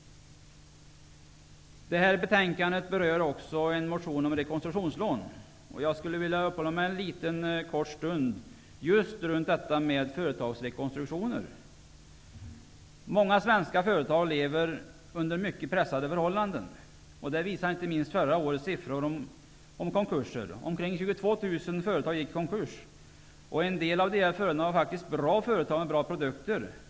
Det här betänkandet berör också en motion om rekonstruktionslån. Jag skulle vilja uppehålla mig en kort stund just runt detta med företagsrekonstruktioner. Många svenska företag lever under mycket pressade förhållanden. Detta visar inte minst förra årets siffror om konkurser. Omkring 22 000 företag gick i konkurs. En del av dessa företag var faktiskt bra företag med bra produkter.